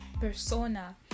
persona